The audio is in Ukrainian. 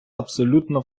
абсолютно